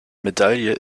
medaille